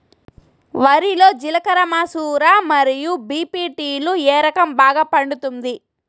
వరి లో జిలకర మసూర మరియు బీ.పీ.టీ లు ఏ రకం బాగా పండుతుంది